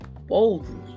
boldly